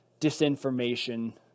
disinformation